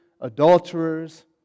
adulterers